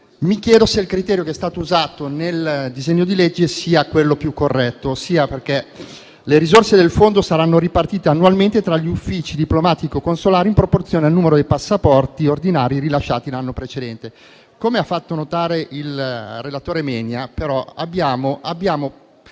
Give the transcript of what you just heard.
Mi chiedo se il criterio utilizzato nel disegno di legge sia quello più corretto. Le risorse del fondo saranno ripartite annualmente tra gli uffici diplomatico consolari in proporzione al numero dei passaporti ordinari rilasciati l'anno precedente. Come ha fatto notare il relatore Menia, abbiamo